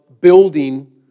building